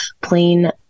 Plain